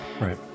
right